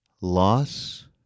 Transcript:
loss